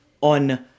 on